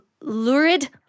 Lurid